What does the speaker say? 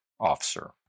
officer